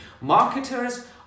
Marketers